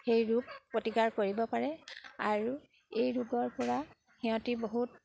সেই ৰোগ প্ৰতিকাৰ কৰিব পাৰে আৰু এই ৰোগৰপৰা সিহঁতি বহুত